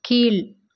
கீழ்